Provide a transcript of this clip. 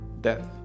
death